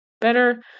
better